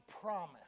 promise